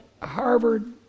Harvard